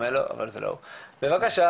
ברגע שאתה עושה לגליזציה אתה סותר כל